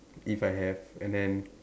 if I have and then